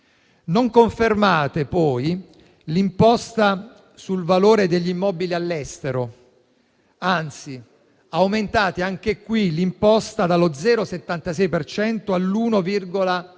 Non confermate poi l’imposta sul valore degli immobili all’estero; anzi, aumentate, anche qui, l’imposta dallo 0,76 per